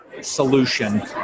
Solution